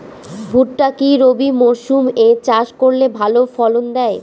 ভুট্টা কি রবি মরসুম এ চাষ করলে ভালো ফলন দেয়?